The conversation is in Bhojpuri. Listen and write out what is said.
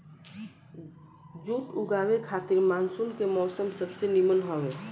जुट उगावे खातिर मानसून के मौसम सबसे निमन हवे